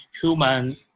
human